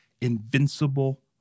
invincible